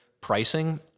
pricing